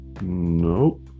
Nope